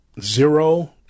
zero